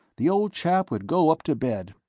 the old chap would go up to bed,